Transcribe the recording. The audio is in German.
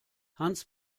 hans